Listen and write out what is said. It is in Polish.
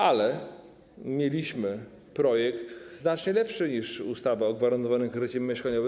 Ale mieliśmy projekt znacznie lepszy niż ustawa o gwarantowanym kredycie mieszkaniowym.